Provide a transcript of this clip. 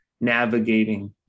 navigating